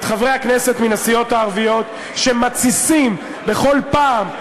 חברי הכנסת מן הסיעות הערביות שמתסיסים בכל פעם,